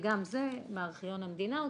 גם זה הוצאתי מארכיון המדינה,